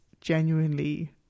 genuinely